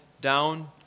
down